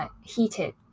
heated